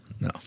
No